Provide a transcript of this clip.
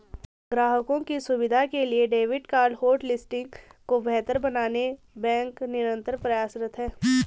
ग्राहकों की सुविधा के लिए डेबिट कार्ड होटलिस्टिंग को बेहतर बनाने बैंक निरंतर प्रयासरत है